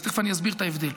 תכף אני אסביר את ההבדל.